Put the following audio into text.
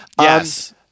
yes